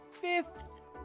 fifth